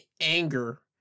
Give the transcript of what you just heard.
anger